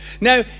Now